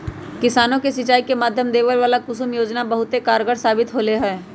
किसानों के सिंचाई के माध्यम देवे ला कुसुम योजना बहुत कारगार साबित होले है